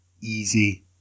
easy